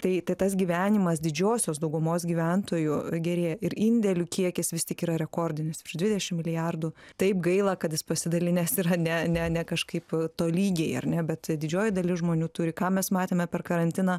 tai tai tas gyvenimas didžiosios daugumos gyventojų gerėja ir indėlių kiekis vis tik yra rekordinis virš dvidešim milijardų taip gaila kad jis pasidalinęs yra ne ne ne kažkaip tolygiai ar ne bet didžioji dalis žmonių turi ką mes matėme per karantiną